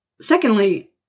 Secondly